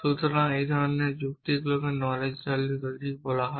সুতরাং এই ধরনের যুক্তিগুলিকে নলেজ লজিক বলা হয়